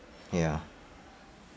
ya